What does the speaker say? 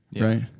Right